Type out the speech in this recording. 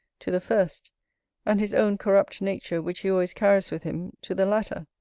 to the first and his own corrupt nature, which he always carries with him, to the latter.